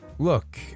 look